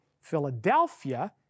Philadelphia